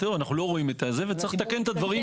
תראו, אנחנו לא רואים וצריך לתקן את הדברים.